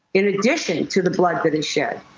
in addition to the blood that is shed.